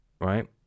right